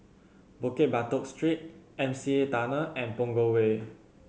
Bukit Batok Street M C E Tunnel and Punggol Way